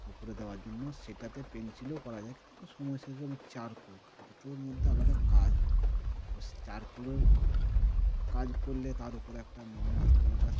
উপরে দেওয়ার জন্য সেটাতে পেন্সিলেও করা যায় কিন্তু আবার সময়ের সাথে সাথে যেমন চারকোল দুটোর মধ্যে আলাদা কাজ হয় এবং চারকোলের কাজ করলে তার উপরে একটা মোমের আস্তরনটা